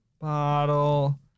bottle